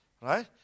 right